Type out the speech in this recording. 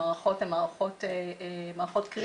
המערכות הן מערכות קריטיות,